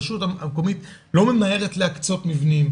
הרשות המקומית לא ממהרת להקצות מבנים,